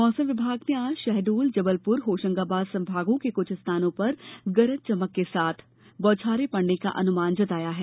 मौसम विभाग ने आज शहडोल जबलपुर होशंगाबाद संभागों के कुछ स्थानों पर गरज चमक के साथ बौछारें पड़ सकती है